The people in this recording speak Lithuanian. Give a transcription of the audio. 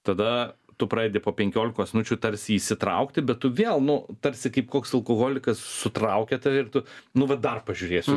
tada tu pradedi po penkiolikos minučių tarsi įsitraukti bet tu vėl nu tarsi kaip koks alkoholikas sutraukia tave ir tu nu va dar pažiūrėsiu